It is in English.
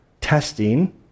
testing